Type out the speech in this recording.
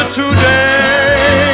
today